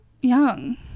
young